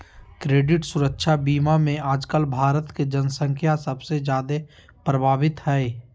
credit सुरक्षा बीमा मे आजकल भारत के जन्संख्या सबसे जादे प्रभावित हय